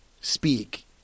speak